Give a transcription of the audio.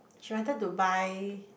she wanted to buy